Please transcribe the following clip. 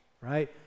right